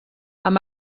amb